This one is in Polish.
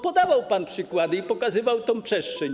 Podawał pan przykłady i pokazywał tę przestrzeń.